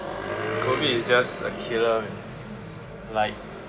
COVID it's just a killer like